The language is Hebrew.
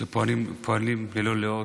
שפועלים ללא לאות,